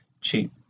cheap